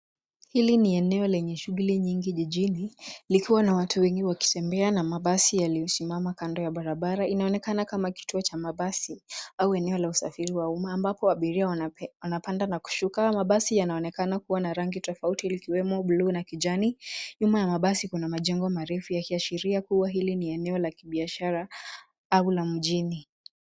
Hili ni eneo lenye shuguli nyingi jijini likiwa na watu wengi wakitembea na mabasi yaliyosimama kando ya barabara. Inaonekana kama kituo cha mabasi au eneo la usafiri wa umma ambapo abiria wanapanda na kushuka. Mabasi yanaonekana kuwa na rangi tofauti ikiwemo buluu na kijani. Nyuma ya mabasi kuna majengo marefu yakiashiria kuwa hili ni eneo la kibiashara au la mjini.